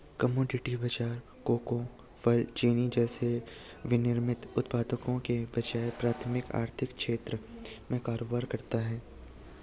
commodity बाजार cocoa, फल, चीनी जैसे विनिर्मित उत्पादों के बजाय प्राथमिक आर्थिक क्षेत्र में कारोबार करता है